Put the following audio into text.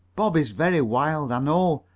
bob is very wild, i know,